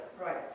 Right